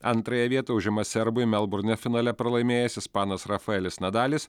antrąją vietą užima serbui melburne finale pralaimėjęs ispanas rafaelis nadalis